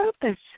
purpose